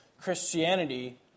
Christianity